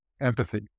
empathy